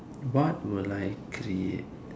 what will I create